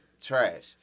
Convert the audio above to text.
trash